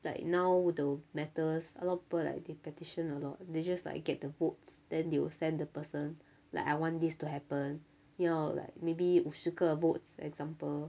like now the matters a lot of people like they petition a lot they just like you get the votes then they will send the person like I want this to happen 你要 like maybe 五十个 votes example